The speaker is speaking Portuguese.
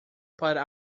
para